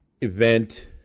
event